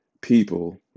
people